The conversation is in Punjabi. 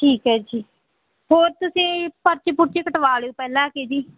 ਠੀਕ ਹੈ ਜੀ ਹੋਰ ਤੁਸੀਂ ਪਰਚੀ ਪੁੱਰਚੀ ਕਟਵਾ ਲਿਓ ਪਹਿਲਾਂ ਆ ਕੇ ਜੀ